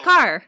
Car